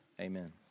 amen